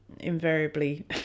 invariably